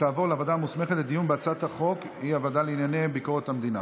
לוועדה לענייני ביקורת המדינה